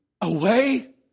away